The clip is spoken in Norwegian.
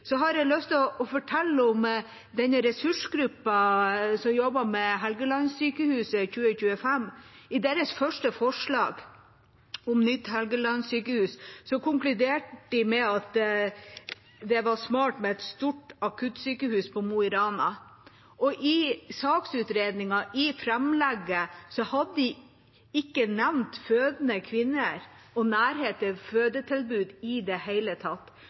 har jeg lyst til å fortelle om ressursgruppa som jobber med Helgelandssykehuset 2025. I sitt første forslag om nytt Helgelandssykehus konkluderte de med at det var smart med et stort akuttsykehus i Mo i Rana. I saksutredningen i framlegget hadde de ikke nevnt fødende kvinner og nærhet til fødetilbud i det hele tatt.